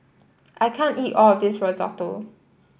I can't eat all of this Risotto